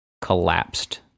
collapsed